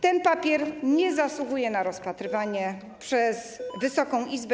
Ten papier nie zasługuje na rozpatrywanie przez Wysoką Izbę.